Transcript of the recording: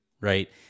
right